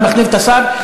אחד מחליף את השר,